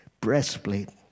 breastplate